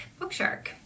Bookshark